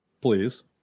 Please